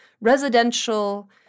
residential